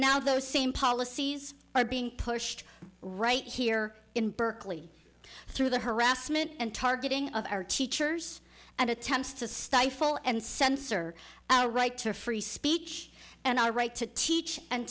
now those same policies are being pushed right here in berkeley through the harassment and targeting of our teachers and attempts to stifle and censor our right to free speech and our right to teach and